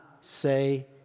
say